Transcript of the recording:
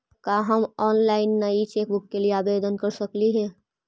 का हम ऑनलाइन नई चेकबुक के लिए आवेदन कर सकली हे